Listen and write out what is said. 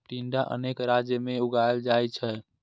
टिंडा अनेक राज्य मे उगाएल जाइ छै